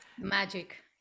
Magic